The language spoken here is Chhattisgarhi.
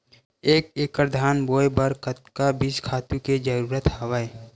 एक एकड़ धान बोय बर कतका बीज खातु के जरूरत हवय?